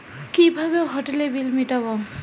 কিভাবে হোটেলের বিল মিটাব?